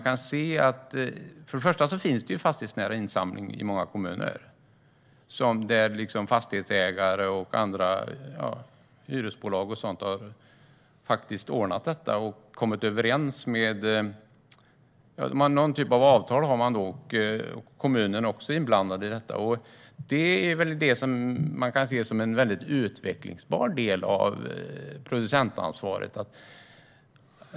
Först och främst finns ju fastighetsnära insamling i många kommuner, där fastighetsägare och hyresbolag har ordnat detta och träffat någon typ av avtal där kommunen också är inblandad. Detta kan man se som en väldigt utvecklingsbar del av producentansvaret.